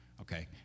Okay